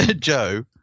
Joe